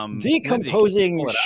Decomposing